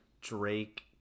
Drake